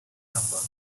number